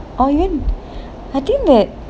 oh really I think that